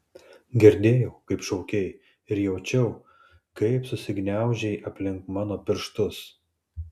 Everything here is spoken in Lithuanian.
girdėjau kaip šaukei ir jaučiau kaip susigniaužei aplink mano pirštus